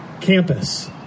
campus